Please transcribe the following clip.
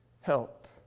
help